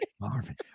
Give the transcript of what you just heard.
Marvin